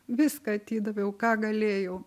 viską atidaviau ką galėjau